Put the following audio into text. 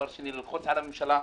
ושנית כדי ללחוץ על הממשלה.